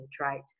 right